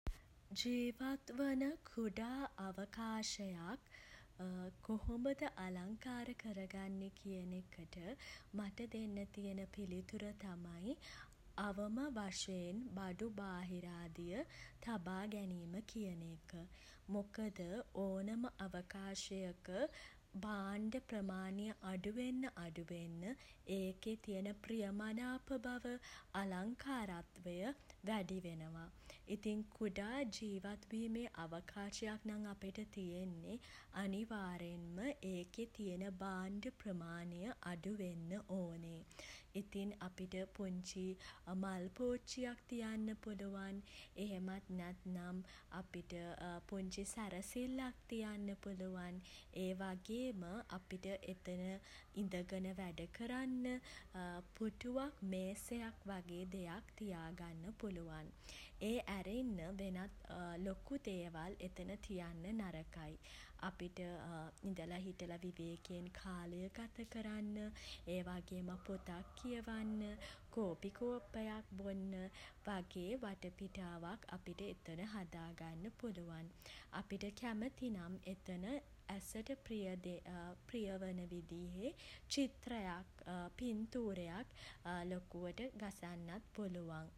ජීවත් වන කුඩා අවකාශයක් කොහොමද අලංකාර කරගන්නේ කියන එකට මට දෙන්න තියෙන පිළිතුර තමයි අවම වශයෙන් බඩු බාහිරාදිය තබා ගැනීම කියන එක. මොකද ඕනම අවකාශයක භාණ්ඩ ප්‍රමාණය අඩු වෙන්න අඩුවෙන්න ඒකේ තියෙන ප්‍රියමනාප බව අලංකාරත්වය වැඩි වෙනවා. ඉතින් කුඩා ජීවත් වීමේ අවකාශයක් නම් අපිට තියෙන්නෙ අනිවාර්යෙන්ම ඒකෙ තියෙන භාණ්ඩ ප්‍රමාණය අඩු වෙන්න ඕනෙ. ඉතිං අපිට පුංචි මල් පෝච්චියක් තියන්න පුළුවන්. එහෙමත් නැත්නම් අපිට පුංචි සැරසිල්ලක් තියන්න පුළුවන්. ඒ වගේම අපිට එතන ඉඳගෙන වැඩකරන්න පුටුවක් මේසයක් වගේ දෙයක් තියාගන්න පුළුවන්. ඒ ඇරෙන්න වෙනත් ලොකු දේවල් එතන තියන්න නරකයි. අපිට ඉඳලා හිටලා විවේකයෙන් කාලය ගත කරන්න ඒ වගේම පොතක් කියවන්න කෝපි කෝප්පයක් බොන්න වගේ වටපිටාවක් අපිට එතන හදාගන්න පුළුවන්. අපිට කැමති නම් එතන ඇසට ප්‍රිය දේ ප්‍රියවන විදිහේ චිත්‍රයක් පින්තූරයක් ලොකුවට ගසන්නත් පුළුවන්.